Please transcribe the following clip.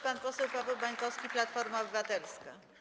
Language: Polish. Pan poseł Paweł Bańkowski, Platforma Obywatelska.